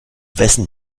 wessen